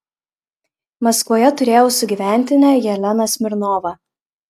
maskvoje turėjau sugyventinę jeleną smirnovą